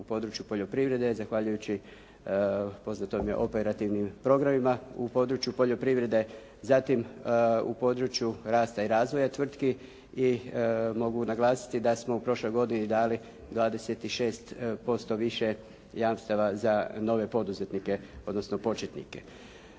u području poljoprivrede zahvaljujući poznato vam je operativnim programima u području poljoprivrede, zatim u području rasta i razvoja tvrtki i mogu naglasiti da smo u prošloj godini dali 26% više jamstava za nove poduzetnike, odnosno početnike.